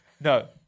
no